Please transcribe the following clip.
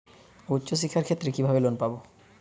উচ্চশিক্ষার ক্ষেত্রে কিভাবে লোন পাব?